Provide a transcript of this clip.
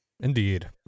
Indeed